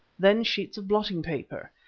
then sheets of blotting paper,